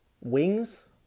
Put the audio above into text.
Wings